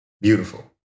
beautiful